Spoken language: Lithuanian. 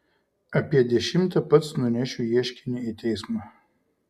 apie dešimtą pats nunešiu ieškinį į teismą